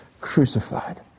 crucified